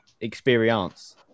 experience